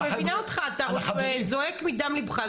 אני גם מבינה אותך, אתה זועק מדם ליבך.